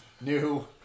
new